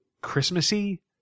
Christmassy